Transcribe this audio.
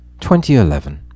2011